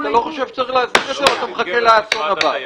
אתה לא חושב שצריך להסדיר את זה או שאתה מחכה לאסון הבא?